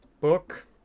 book